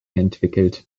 entwickelt